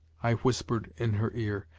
i whispered in her ear,